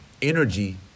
Energy